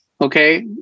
okay